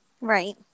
Right